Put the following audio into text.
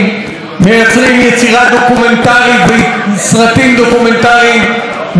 מייצרים יצירה דוקומנטרית וסרטים דוקומנטריים מעניינים,